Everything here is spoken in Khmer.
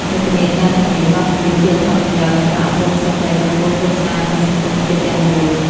យុទ្ធនាការទាំងនេះបានពន្យល់ពីអត្ថប្រយោជន៍នៃការអប់រំស្ត្រីចំពោះគ្រួសារនិងសង្គមជាតិទាំងមូល។